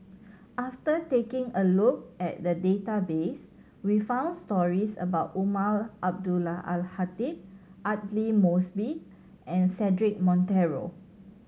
after taking a look at the database we found stories about Umar Abdullah Al Khatib Aidli Mosbit and Cedric Monteiro